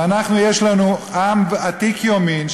ואנחנו יש לנו עם עתיק יומין,